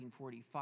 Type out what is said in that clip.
1945